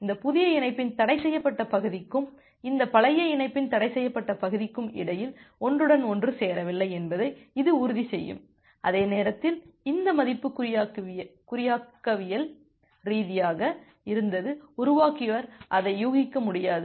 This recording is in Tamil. இந்த புதிய இணைப்பின் தடைசெய்யப்பட்ட பகுதிக்கும் இந்த பழைய இணைப்பின் தடைசெய்யப்பட்ட பகுதிக்கும் இடையில் ஒன்றுடன் ஒன்று சேரவில்லை என்பதை இது உறுதி செய்யும் அதே நேரத்தில் இந்த மதிப்பு குறியாக்கவியல் ரீதியாக இருந்தது உருவாக்கியவர் அதை யூகிக்க முடியாது